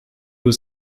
was